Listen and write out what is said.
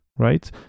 Right